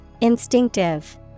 Instinctive